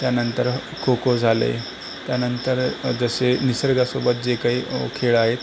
त्यानंतर खोखो झाले त्यानंतर जसे निसर्गासोबत जे काही खेळ आहेत